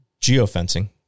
geofencing